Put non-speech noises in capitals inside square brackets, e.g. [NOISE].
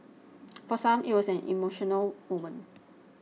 [NOISE] for some it was an emotional moment